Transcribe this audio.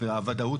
הוודאות,